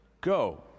Go